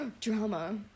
drama